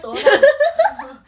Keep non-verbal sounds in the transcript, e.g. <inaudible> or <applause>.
<laughs>